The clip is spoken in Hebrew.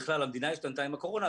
בכלל המדינה השתנתה עם הקורונה,